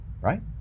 right